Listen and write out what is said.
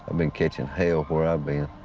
been catching hell where i've been.